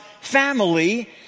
family